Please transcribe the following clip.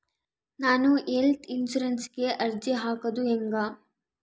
ನಾನು ಹೆಲ್ತ್ ಇನ್ಸುರೆನ್ಸಿಗೆ ಅರ್ಜಿ ಹಾಕದು ಹೆಂಗ?